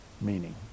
meaning